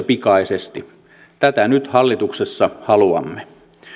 pikaisesti tätä nyt hallituksessa haluamme